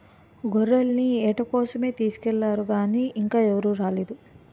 గొర్రెల్ని ఏట కోసమే తీసుకెల్లారు గానీ ఇంకా ఎవరూ రాలేదు